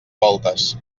voltes